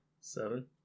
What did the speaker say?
seven